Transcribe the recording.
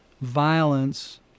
violence